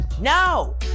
No